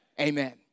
amen